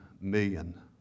million